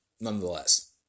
nonetheless